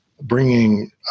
bringing